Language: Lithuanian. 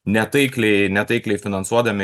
netaikliai netaikliai finansuodami